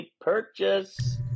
purchase